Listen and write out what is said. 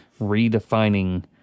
redefining